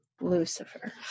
Lucifer